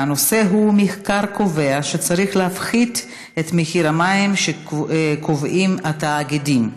והנושא הוא: מחקר קובע שצריך להפחית את מחיר המים שהתאגידים קובעים,